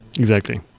exactly.